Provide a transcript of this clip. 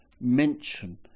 mention